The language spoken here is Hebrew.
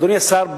אדוני השר,